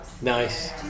nice